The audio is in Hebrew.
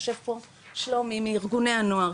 יושב פה שלומי מארגוני הנוער,